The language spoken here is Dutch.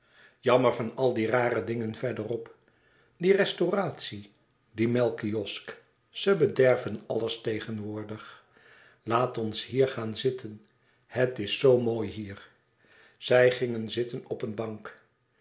jammer van al die rare dingen verder op die restauratie die melkkiosk ze bederven alles tegenwoordig laat ons hier gaan zitten het is zoo mooi hier zij gingen zitten op een bank